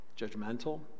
judgmental